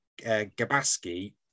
Gabaski